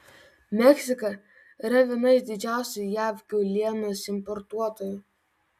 meksika yra viena iš didžiausių jav kiaulienos importuotojų